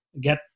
get